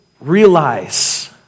realize